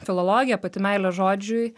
filologija pati meilė žodžiui